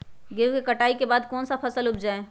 गेंहू के कटाई के बाद कौन सा फसल उप जाए?